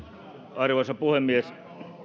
arvoisa puhemies